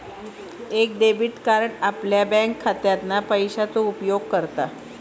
एक debit card आपल्या बँकखात्यातना पैशाचो उपयोग करता